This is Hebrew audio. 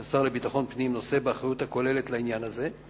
שהשר לביטחון פנים נושא באחריות הכוללת לעניין הזה.